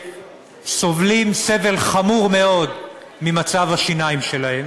שסובלים סבל חמור מאוד ממצב השיניים שלהם.